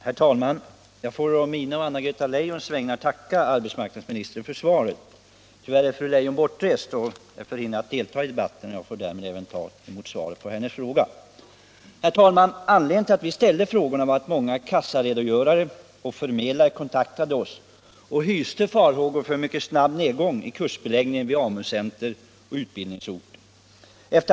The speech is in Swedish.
Herr talman! Jag får å mina och Anna-Greta Leijons vägnar tacka arbetsmarknadsministern för svaret. Tyvärr är fru Leijon bortrest och förhindrad att delta i debatten, och jag får därför även ta emot svaret på hennes fråga. 81 Om höjda arbetsmarknadsutbildningsbidrag Anledningen till att vi ställde frågorna var, herr talman, att många kassaredogörare och förmedlare kontaktade oss och sade sig hysa farhågor för en mycket snabb nedgång i kursbeläggningen vid AMU-center och på utbildningsorter.